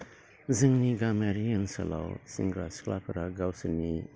जोंनि गामियारिनि ओनसोलाव सेंग्रा सिख्लाफोरा गावसोरनि